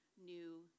new